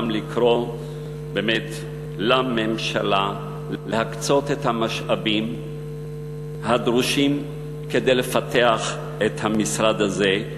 באמת לממשלה להקצות את המשאבים הדרושים כדי לפתח את המשרד הזה,